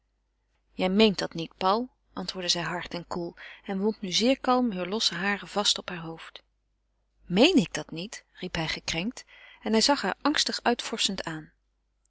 je meent dat niet paul antwoordde zij hard en koel en wond nu zeer kalm heure losse haren vast op heur hoofd meen ik dat niet riep hij gekrenkt en hij zag haar angstig uitvorschend aan